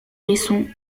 raisons